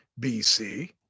BC